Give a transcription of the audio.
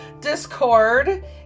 Discord